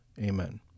Amen